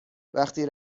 وقتی